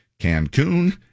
Cancun